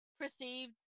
perceived